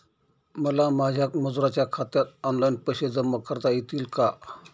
मला माझ्या मजुरांच्या खात्यात ऑनलाइन पैसे जमा करता येतील का?